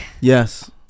yes